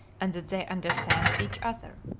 and that they understand each other.